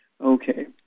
Okay